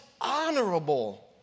honorable